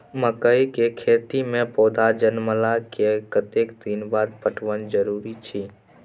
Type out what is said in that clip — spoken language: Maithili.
मकई के खेती मे पौधा जनमला के कतेक दिन बाद पटवन जरूरी अछि?